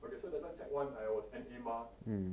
okay so that time sec one I was N_A mah